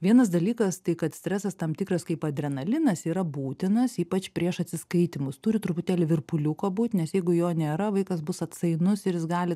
vienas dalykas tai kad stresas tam tikras kaip adrenalinas yra būtinas ypač prieš atsiskaitymus turi truputėlį virpuliuko būt nes jeigu jo nėra vaikas bus atsainus ir jis gali